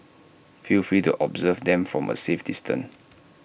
feel free to observe them from A safe distance